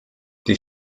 die